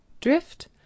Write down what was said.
Drift